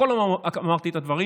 בכל המקומות אמרתי את הדברים.